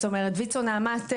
זאת אומרת, ויצ"ו נעמ"ת מפעילים,